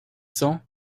cents